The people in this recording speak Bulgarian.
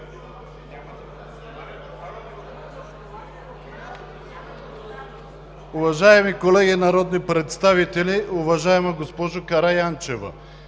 Уважаеми колеги народни представители, уважаема госпожо Караянчева!